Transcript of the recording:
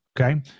Okay